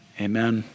Amen